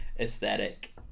aesthetic